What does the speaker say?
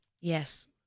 Yes